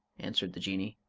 answered the jinnee.